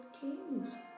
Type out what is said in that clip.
kings